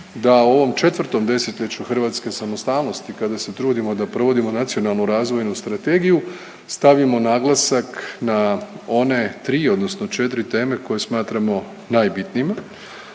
da u ovom četvrtom desetljeću hrvatske samostalnosti kada se trudimo da provodimo Nacionalnu razvojnu strategiju stavimo naglasak na one tri odnosno četri teme koje smatramo najbitnijima.